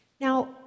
Now